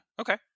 Okay